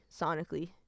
sonically